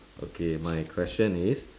okay my question is